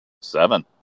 seven